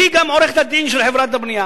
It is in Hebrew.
היא גם עורכת-הדין של חברת הבנייה.